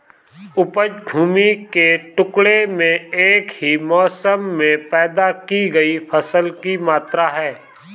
उपज भूमि के टुकड़े में एक ही मौसम में पैदा की गई फसल की मात्रा है